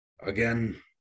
again